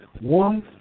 one